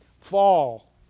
fall